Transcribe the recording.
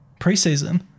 preseason